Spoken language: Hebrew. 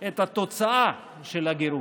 את התוצאה של הגירוש.